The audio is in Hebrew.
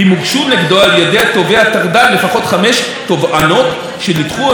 אם הוגשו נגדו על ידי התובע הטרדן לפחות חמש תובענות שנדחו או